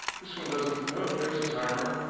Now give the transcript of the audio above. this one doesn't oh, there's a timer.